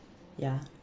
ya